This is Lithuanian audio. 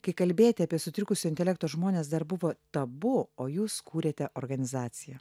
kai kalbėti apie sutrikusio intelekto žmones dar buvo tabu o jūs kūrėte organizaciją